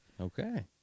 Okay